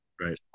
Right